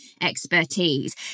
expertise